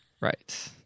right